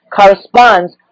corresponds